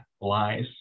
lies